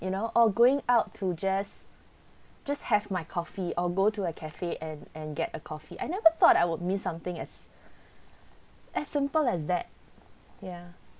you know or going out to just just have my coffee or go to a cafe and and get a coffee I never thought I would miss something as as simple as that ya